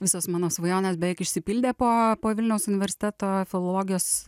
visos mano svajonės beveik išsipildė po po vilniaus universiteto filologijos